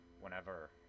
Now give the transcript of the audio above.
whenever